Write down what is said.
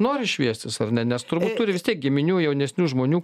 nori šviestis ar ne nes turbūt turi vis tiek giminių jaunesnių žmonių